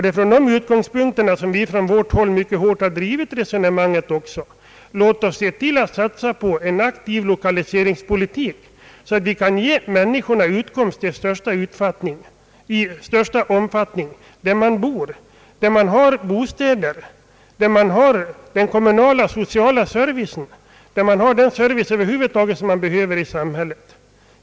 Det är från de utgångspunkterna som vi från vårt håll mycket hårt har drivit resonemanget att vi skall satsa på en aktiv lokaliseringspolitik, så att människorna i största möjliga omfattning kan få sin utkomst där det finns bostäder, där det finns social och kommunal service och den service över huvud taget som behövs i ett samhälle.